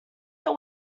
your